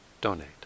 donate